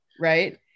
right